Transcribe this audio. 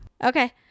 Okay